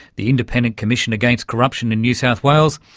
the independent commission against corruption in new south wales,